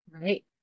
right